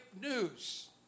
news